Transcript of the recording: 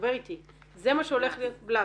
כן.